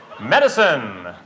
medicine